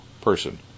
person